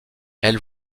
elle